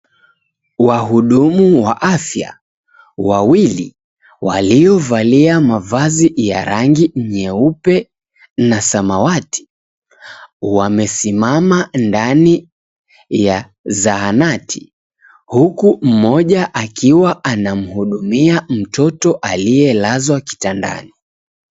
Wahudumu wa afya wawili waliovalia mavazi ya rangi nyeupe na samawati wamesimama ndani ya zahanati huku mmoja akiwa anamhudumia mtoto alielazwa kitandani.